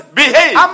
behave